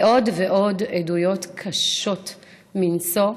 ועוד ועוד עדויות קשות מנשוא,